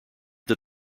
that